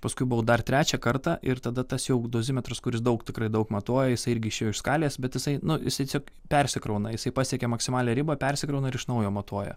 paskui buvau dar trečią kartą ir tada tas jau dozimetrus kuris daug tikrai daug matuoja jisai irgi išėjo iš skalės bet jisai nu jis tiesiog persikrauna jisai pasiekė maksimalią ribą persikrauna ir iš naujo matuoja